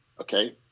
Okay